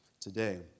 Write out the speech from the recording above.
today